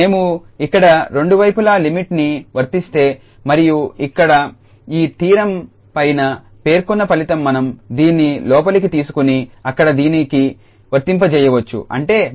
మేము ఇక్కడ రెండు వైపులా లిమిట్ ని వర్తిస్తే మరియు ఇప్పుడు ఈ థీరం పైన పేర్కొన్న ఫలితం మనం దీన్ని లోపలికి తీసుకుని అక్కడ దీనికి వర్తింపజేయవచ్చు